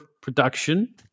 production